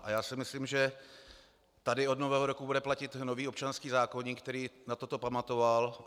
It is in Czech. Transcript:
A já si myslím, že tady od Nového roku bude platit nový občanský zákoník, který na toto pamatoval.